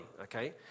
okay